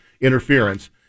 interference